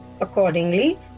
Accordingly